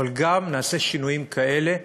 אבל גם נעשה שינויים כאלה,